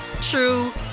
true